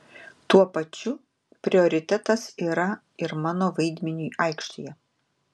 tuo pačiu prioritetas yra ir mano vaidmeniui aikštėje